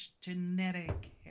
genetic